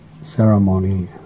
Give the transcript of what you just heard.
ceremony